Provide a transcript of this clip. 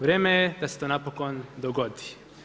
Vrijeme je da se to napokon dogodi.